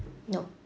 no